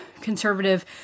conservative